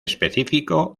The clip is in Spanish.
específico